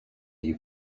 you